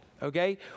Okay